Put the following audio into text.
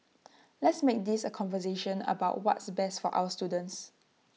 let's make this A conversation about what's best for our students